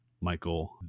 Michael